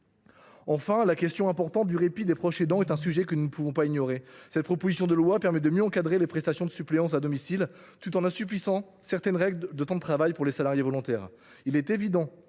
Enfin, la question du répit des proches aidants est un sujet que nous ne pouvons ignorer. Cette proposition de loi permet de mieux encadrer les prestations de suppléance à domicile, tout en assouplissant certaines règles de temps de travail pour les salariés volontaires.